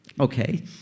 Okay